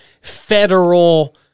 federal